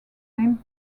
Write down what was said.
named